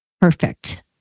perfect